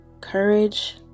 courage